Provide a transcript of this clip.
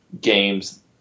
games